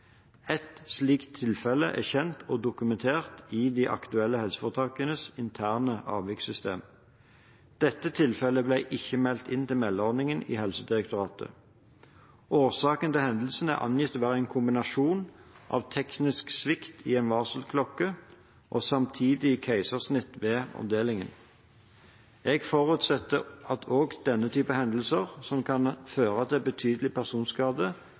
slikt tilfelle er kjent og dokumentert i de aktuelle helseforetakenes avvikssystem. Dette tilfellet ble ikke meldt inn til meldeordningen i Helsedirektoratet. Årsaken til hendelsen er angitt å være en kombinasjon av teknisk svikt i en varselklokke og samtidig keisersnitt ved avdelingen. Jeg forutsetter at også denne typen hendelser, som kan føre til betydelig personskade,